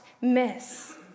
miss